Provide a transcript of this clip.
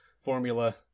formula